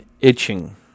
itching